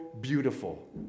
beautiful